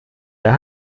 der